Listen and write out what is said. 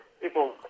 People